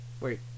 Wait